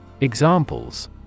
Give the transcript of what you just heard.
Examples